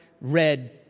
red